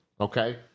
Okay